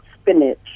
spinach